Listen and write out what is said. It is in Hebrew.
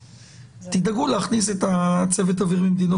תדאגו להכניס את הצוות האווירי מהמדינות